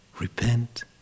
repent